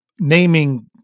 Naming